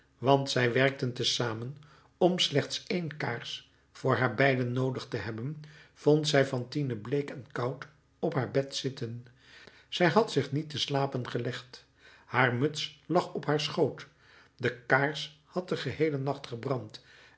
want zij werkten te zamen om slechts één kaars voor haar beiden noodig te hebben vond zij fantine bleek en koud op haar bed zitten zij had zich niet te slapen gelegd haar muts lag op haar schoot de kaars had den geheelen nacht gebrand